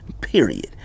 period